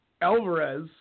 Alvarez